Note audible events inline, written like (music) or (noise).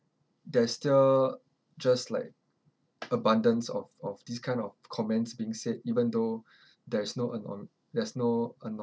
there's still just like abundance of of this kind of comments being said even though (breath) there is no anon~ there's no anon~